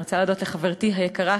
אני רוצה להודות לחברתי היקרה,